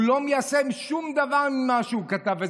והוא לא מיישם שום דבר ממה שהוא כתב.